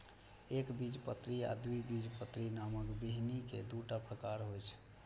एकबीजपत्री आ द्विबीजपत्री नामक बीहनि के दूटा प्रकार होइ छै